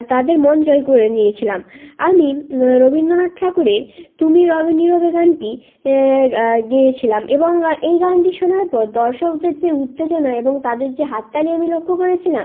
তাদের মন জয় করে নিয়েছিলাম আমি রবীন্দ্রনাথ ঠাকুরের তুমি রবে নীরবে গানটি গেয়েছিলাম এবং এই গানটি শোনার পর দর্শকদের যে উত্তেজনা এবং তাদের যে হাততালি আমি লক্ষ্য করেছিলাম